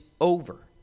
over